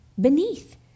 beneath